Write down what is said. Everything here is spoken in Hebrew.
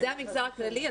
זה המגזר הכללי.